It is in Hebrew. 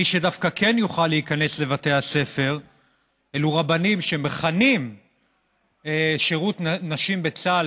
מי שדווקא כן יוכל להיכנס לבתי הספר אלו רבנים שמכנים שירות נשים בצה"ל,